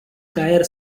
caer